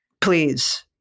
Please